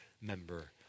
member